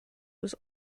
was